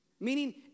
Meaning